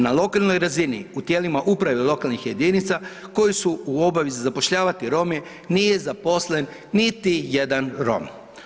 Na lokalnoj razini u tijelima uprave lokalnih jedinica koji su u obavezi zapošljavati Rome nije zaposlen niti jedan Rom.